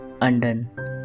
undone